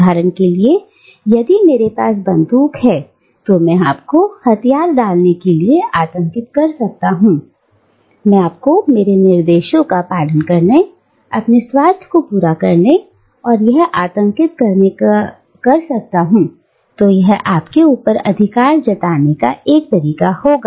उदाहरण के लिए यदि मेरे पास बंदूक है तो मैं आपको हथियार डालने के लिए आतंकित कर सकता हूं मैं आपको मेरे निर्देशों का पालन करने अपने स्वार्थ को पूरा करने के लिए आतंकित कर सकता हूं तो यह आपके ऊपर अधिकार जताने का एक तरीका होगा